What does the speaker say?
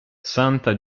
santa